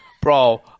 Bro